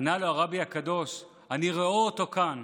ענה לו הרבי הקדוש: אני רואה אותו כאן.